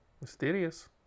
Mysterious